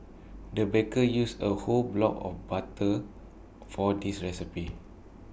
the baker used A whole block of butter for this recipe